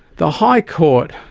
the high court,